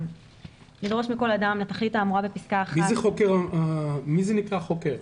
מי זה נקרא חוקר?